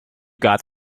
got